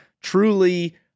truly